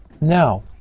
Now